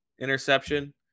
interception